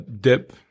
dip